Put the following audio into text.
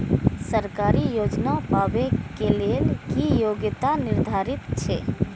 सरकारी योजना पाबे के लेल कि योग्यता निर्धारित छै?